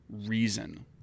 Reason